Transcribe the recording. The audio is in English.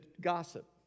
gossip